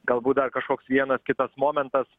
galbūt dar kažkoks vienas kitas momentas